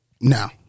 Now